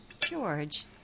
George